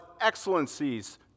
excellencies